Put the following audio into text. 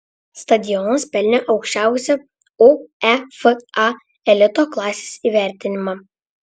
stadionas pelnė aukščiausią uefa elito klasės įvertinimą